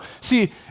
See